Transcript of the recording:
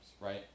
right